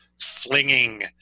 flinging